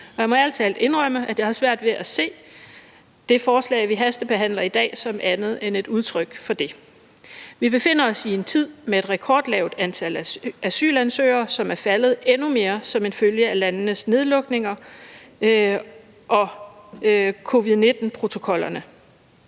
Jeg må ærlig talt indrømme, at jeg har svært ved at se det forslag, som vi hastebehandler i dag som andet end et udtryk for det. Vi befinder os i en tid med et rekordlavt antal asylansøgere, som er faldet endnu mere som en følge af landenes nedlukninger og covid-19-protokollerne.